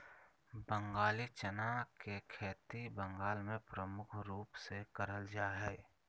बंगाली चना के खेती बंगाल मे प्रमुख रूप से करल जा हय